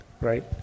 right